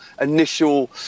initial